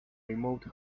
remote